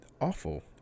awful